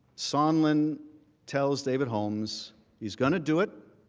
sondland tells david holmes he is going to do it,